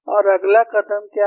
और अगला कदम क्या है